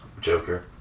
Joker